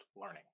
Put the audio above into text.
learning